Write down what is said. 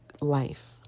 life